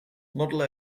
model